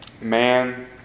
Man